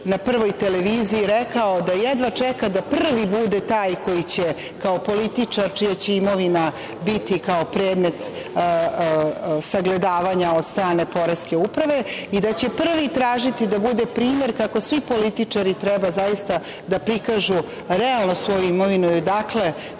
na „Prvoj TV“ rekao da jedva čeka da prvi bude taj koji će kao političar čija će imovina biti kao predmet sagledavanja od strane poreske uprave i da će prvi tražiti da bude primer kako svi političari treba zaista da prikažu realno svoju imovinu i odakle